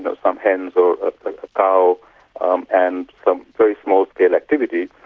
so some hens or a ah cow um and some very small-scale activities.